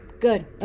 good